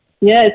yes